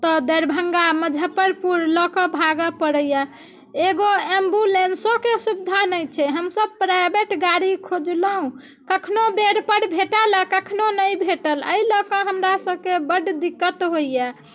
तऽ दरभङ्गा मुजफ्फरपुर लऽ कऽ भागऽ पड़ैया एगो एम्बूलेंसोके सुविधा नहि छै हमसब प्राइवेट गाड़ी खोजलहुँ कखनो बेर पर भेटल आ कखनो नहि भेटल एहि लऽ कऽ हमरा सबके बड दिक्कत होइया